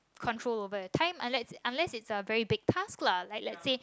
controllable time unless unless is a very big task lah like let say